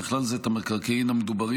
ובכלל זה את המקרקעין המדוברים,